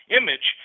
image